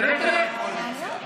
קואליציה.